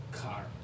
car